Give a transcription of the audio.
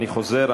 אני חוזר,